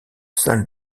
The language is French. salles